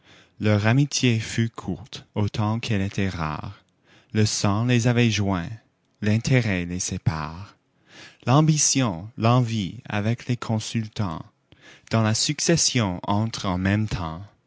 leur amitié fut courte autant qu'elle était rare le sang les avait joints l'intérêt les sépare l'ambition l'envie avec les consultants dans la succession entrent en même temps